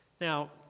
Now